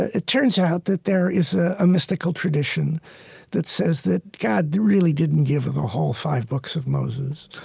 it turns out that there is a mystical tradition that says that god really didn't give the whole five books of moses.